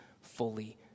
fully